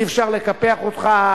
אי-אפשר לקפח אותך,